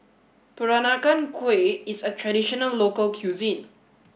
Peranakan Kueh is a traditional local cuisine